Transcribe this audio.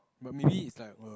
but maybe it is like a